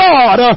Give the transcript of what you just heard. God